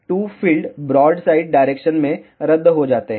तो ये 2 field broadside direction में रद्द हो जाते हैं